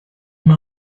m’a